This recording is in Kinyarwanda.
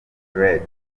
red